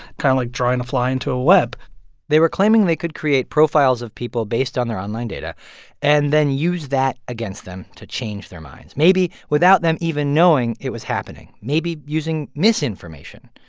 kind of like drawing a fly into a web they were claiming they could create profiles of people based on their online data and then use that against them to change their minds, maybe without them even knowing it was happening, maybe using misinformation.